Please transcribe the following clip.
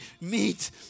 meet